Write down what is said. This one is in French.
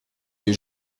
les